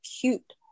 cute